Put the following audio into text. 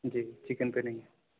جی chicken پہ نہیں ہے